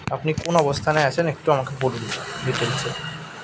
আপনি কোন অবস্থানে আছেন একটু আমাকে বলুন ডিটেলসে